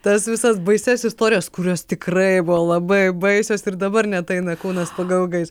tas visas baisias istorijas kurios tikrai buvo labai baisios ir dabar net eina kūnas pagaugais